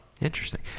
interesting